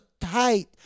tight